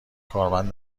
کارمند